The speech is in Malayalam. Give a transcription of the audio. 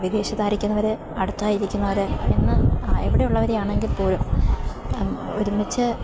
വിദേശത്തായിരിക്കുന്നവര് അടുത്തായിരിക്കുന്നവര് എന്ന് എവിടെയള്ളവരെയാണെങ്കിൽ പോലും ഒരുമിച്ച്